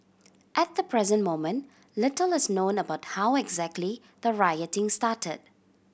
at the present moment little is known about how exactly the rioting started